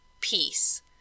peace